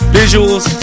visuals